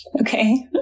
Okay